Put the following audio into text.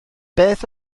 beth